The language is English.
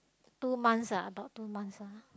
two months ah about two months ah